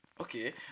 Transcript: okay